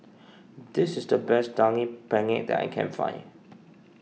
this is the best Daging Penyet that I can find